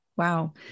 Wow